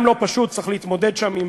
גם כן לא פשוט, צריך להתמודד שם עם